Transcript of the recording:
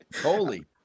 Holy